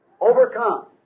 overcome